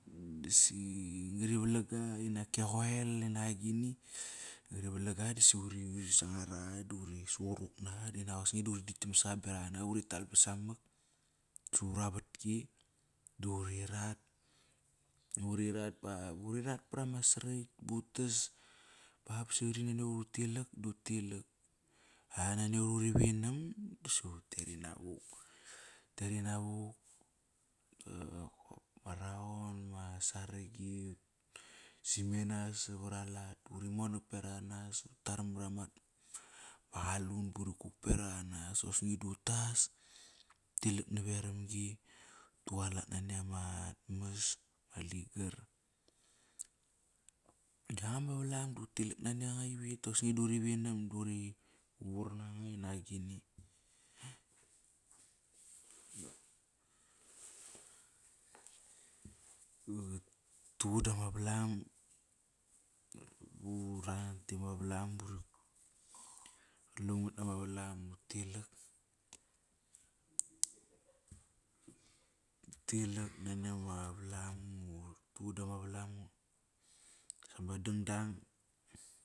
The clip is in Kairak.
Dasi ngari valang ga inak ke qoel inak agini. Qari valang ga dd si uri sangar aqa qa uri suquruk naqa dinak osni du uri dagiam sa qa berak ana. Uri tal ba samak, sava ura vatki da uri rat, uri rat ba, urat par ama srakt ba utas ba basi nani aut iva utilak da utilak. Nani aut iva uri vinam dasi utet wuk. Utet rina vuk ba ma raon saragi. Simena savar alat, uri monak berak anas utar marama qalun ba uri berak anas. Osni du tas, tilak naveram-gi, utualat nani amatmas ma ligar. Ktianga ma valam da utilak nani anga ivit, dosni da uri vinam duri vur nanga inak agini. Utuqudama volom Plangmat nama valam. U tilak u tilak nani ama valam, utuqudama valam ama dangdang.